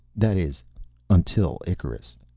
that is until icarus.